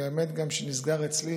שנסגר אצלי